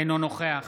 אינו נוכח